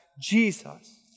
Jesus